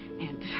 and.